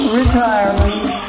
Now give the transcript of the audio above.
retirement